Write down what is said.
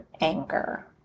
anger